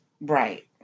Right